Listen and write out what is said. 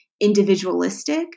individualistic